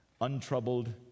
untroubled